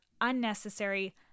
unnecessary